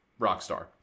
Rockstar